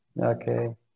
Okay